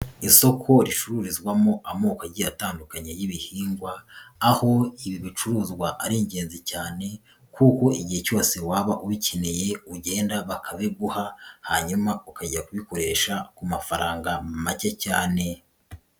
Isoko ricururizwamo amoko agiye atandukanye y'ibihingwa, aho ibi bicuruzwa ari ingenzi cyane kuko igihe cyose waba ubikeneye ugenda bakabiguha, hanyuma ukajya kubikoresha ku mafaranga make cyane.